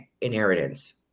inheritance